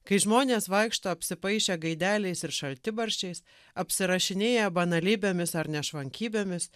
kai žmonės vaikšto apsipaišė gaideliais ir šaltibarščiais apsirašinėję banalybėmis ar nešvankybėmis